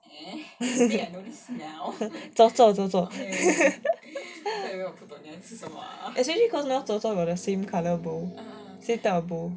actually cause now zor zor got the same colour bowl same type of bowl